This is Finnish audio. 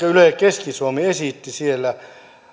yle keski suomi esitti siellä